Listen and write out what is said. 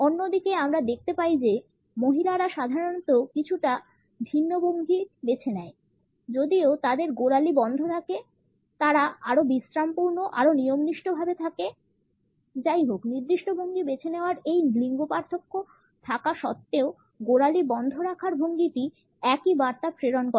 অন্যদিকে আমরা দেখতে পাই যে মহিলারা সাধারণত কিছুটা ভিন্ন ভঙ্গি বেছে নেয় যদিও তাদের গোড়ালি বন্ধ থাকে তারা আরও বিশ্রামপূর্ণ আরও নীয়মনিষ্ঠ ভাবে থাকে যাইহোক নির্দিষ্ট ভঙ্গি বেছে নেওয়ার এই লিঙ্গ পার্থক্য থাকা সত্ত্বেও গোড়ালি বন্ধ রাখার ভঙ্গিটি একই বার্তা প্রেরণ করে